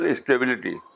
stability